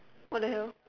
what the hell